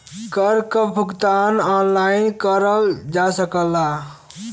कर क भुगतान ऑनलाइन करल जा सकला